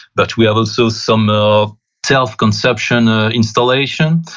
but we have also some ah self conception ah installation.